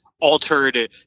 altered